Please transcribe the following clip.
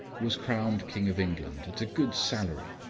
was crowned king of england at a good salary,